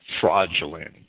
fraudulent